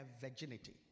virginity